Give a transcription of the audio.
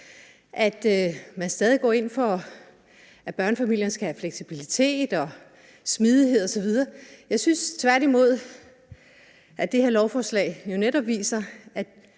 mener, stadig går ind for, at børnefamilierne skal have fleksibilitet og smidighed osv. Jeg synes tværtimod, at det her lovforslag jo netop viser,